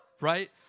Right